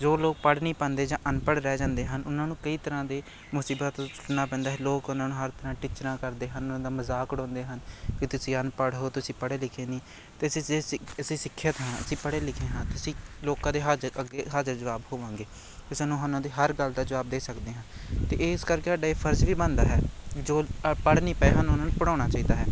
ਜੋ ਲੋਕ ਪੜ੍ਹ ਨਹੀਂ ਪਾਉਂਦੇ ਜਾਂ ਅਨਪੜ੍ਹ ਰਹਿ ਜਾਂਦੇ ਹਨ ਉਹਨਾਂ ਨੂੰ ਕਈ ਤਰ੍ਹਾਂ ਦੇ ਮੁਸੀਬਤ ਨਾ ਪੈਂਦਾ ਹੈ ਲੋਕ ਉਹਨਾਂ ਨੂੰ ਹਰ ਤਰ੍ਹਾਂ ਟਿੱਚਰਾਂ ਕਰਦੇ ਹਨ ਉਹਨਾਂ ਦਾ ਮਜ਼ਾਕ ਉਡਾਉਂਦੇ ਹਨ ਕਿ ਤੁਸੀਂ ਅਨਪੜ੍ਹ ਹੋ ਤੁਸੀਂ ਪੜ੍ਹੇ ਲਿਖੇ ਨਹੀਂ ਅਤੇ ਅਸੀਂ ਸਿੱਖਿਅਤ ਹਾਂ ਅਸੀਂ ਪੜ੍ਹੇ ਲਿਖੇ ਹਾਂ ਤੁਸੀਂ ਲੋਕਾਂ ਦੇ ਹਾਜ਼ ਅੱਗੇ ਹਾਜ਼ਰ ਜਵਾਬ ਹੋਵਾਂਗੇ ਅਤੇ ਸਾਨੂੰ ਉਹਨਾਂ ਦੀ ਹਰ ਗੱਲ ਦਾ ਜਵਾਬ ਦੇ ਸਕਦੇ ਹਾਂ ਅਤੇ ਇਸ ਕਰਕੇ ਸਾਡੇ ਫਰਜ਼ ਵੀ ਬਣਦਾ ਹੈ ਜੋ ਪੜ੍ਹ ਨਹੀਂ ਪਏ ਹਨ ਉਹਨਾਂ ਨੂੰ ਪੜ੍ਹਾਉਣਾ ਚਾਹੀਦਾ ਹੈ